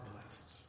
blessed